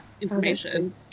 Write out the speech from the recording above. information